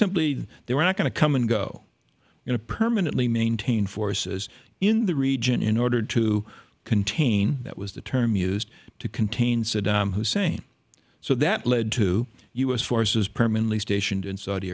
simply they were not going to come and go in a permanently maintain forces in the region in order to contain that was the term used to contain saddam hussein so that led to u s forces permanently stationed in saudi